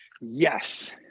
Yes